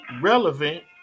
relevant